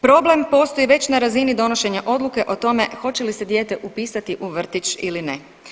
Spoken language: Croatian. Problem postoji već na razini donošenja odluke o tome hoće li se dijete upisati u vrtić ili ne.